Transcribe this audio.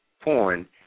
porn